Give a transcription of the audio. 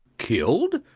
killed!